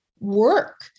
work